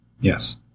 Yes